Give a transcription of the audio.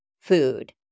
food